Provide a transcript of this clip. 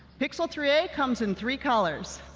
pixel three a comes in three colors,